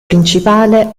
principale